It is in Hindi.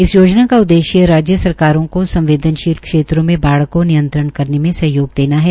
इस योजना का उद्देश्य राज्य सरकारों को संवदेनशील क्षेत्रों में बाढ़ नियंत्रण करने में सहयोग देना है